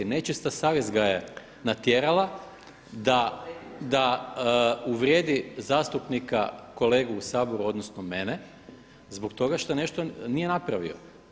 Nečista savjest ga je natjerala da uvrijedi zastupnika kolegu u Saboru odnosno mene zbog toga što nešto nije napravio.